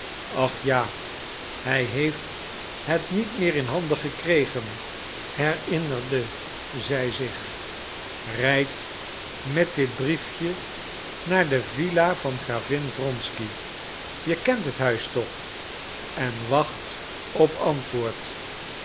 ach ja hij heeft het niet meer in handen gekregen herinnerde zij zich rijd met dit briefje naar de villa van gravin wronsky je kent het huis toch en wacht op antwoord